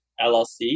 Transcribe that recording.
LLC